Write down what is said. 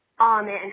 Amen